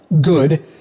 good